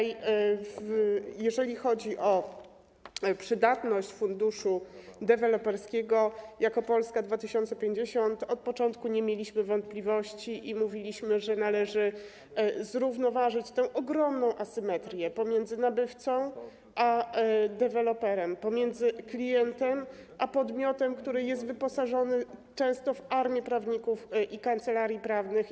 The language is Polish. Jeżeli chodzi o przydatność funduszu deweloperskiego, jako Polska 2050 od początku nie mieliśmy co do tego wątpliwości i mówiliśmy, że należy zrównoważyć tę ogromną asymetrię pomiędzy nabywcą a deweloperem, pomiędzy klientem a podmiotem, który jest wyposażony często w armię prawników i kancelarii prawnych.